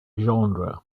genre